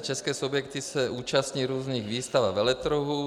České subjekty se účastní různých výstav a veletrhů.